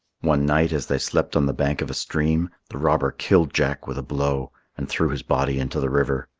one night as they slept on the bank of a stream, the robber killed jack with a blow and threw his body into the river.